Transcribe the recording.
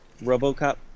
RoboCop